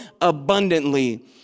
abundantly